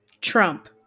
Trump